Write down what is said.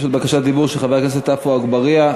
יש עוד בקשת דיבור של חבר הכנסת עפו אגבאריה,